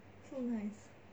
so nice